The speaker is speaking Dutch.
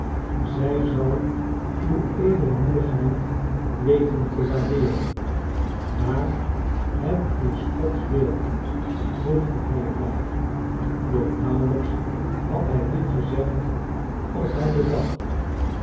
zij zal uw edelmoedigheid weten te waardeeren maar het is gods wil voegde hij er bij doch nauwelijks had hij dit gezegd of hij bedacht